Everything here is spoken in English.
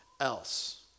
Else